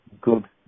good